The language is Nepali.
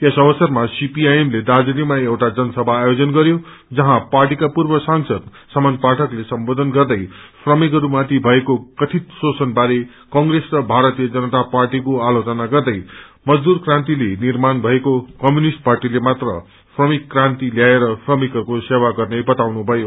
यस अवसरमाससीपीआईएम ले दार्जीलिङमा एउटा जसभा आयोजन गरयो जइँ पार्टीका पूर्व सांसद समन पाठकले सम्बोषन गर्दै श्रमिकहरू माथि भएको कथित शोषण बारे कंप्रेस र जनाता पार्टीको आलोचना गर्दै मजदूर क्रन्तिले निार्माण भएको कम्यूनिष्ट पार्टीले मात्र श्रमिक क्रान्ति ल्याएर श्रमिकहरूको सेवा गर्ने बताए